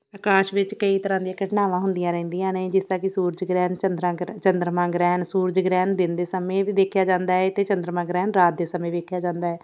ਅਕਾਸ਼ ਵਿੱਚ ਕਈ ਤਰ੍ਹਾਂ ਦੀਆਂ ਘਟਨਾਵਾਂ ਹੁੰਦੀਆਂ ਰਹਿੰਦੀਆਂ ਨੇ ਜਿਸ ਤਰ੍ਹਾਂ ਕਿ ਸੂਰਜ ਗ੍ਰਹਿਣ ਚੰਦਰਾ ਚੰਦਰਮਾ ਗ੍ਰਹਿਣ ਸੂਰਜ ਗ੍ਰਹਿਣ ਦਿਨ ਦੇ ਸਮੇਂ ਦੇਖਿਆ ਜਾਂਦਾ ਹੈ ਅਤੇ ਚੰਦਰਮਾ ਗ੍ਰਹਿਣ ਰਾਤ ਦੇ ਸਮੇਂ ਵੇਖਿਆ ਜਾਂਦਾ ਹੈ